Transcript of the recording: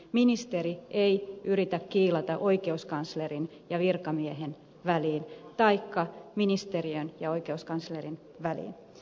ministeri ei yritä kiilata oikeuskanslerin ja virkamiehen väliin taikka ministeriön ja oikeuskanslerin väliin